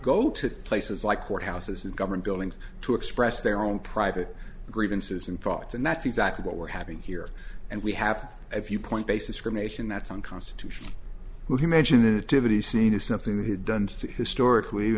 go to places like courthouses and government buildings to express their own private grievances and thoughts and that's exactly what we're having here and we have if you point basis cremation that's unconstitutional you mention it to be seen as something that had done so historically